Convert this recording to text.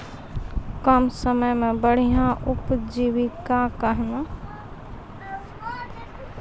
कम समय मे बढ़िया उपजीविका कहना?